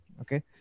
Okay